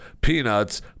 peanuts